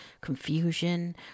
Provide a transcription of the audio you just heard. confusion